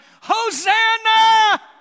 Hosanna